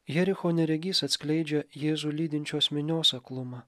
jericho neregys atskleidžia jėzų lydinčios minios aklumą